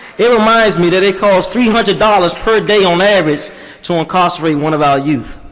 it reminds me that it cost three hundred dollars per day on average to incarcerate one of our youth.